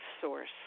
source